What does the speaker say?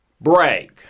break